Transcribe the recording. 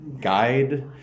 guide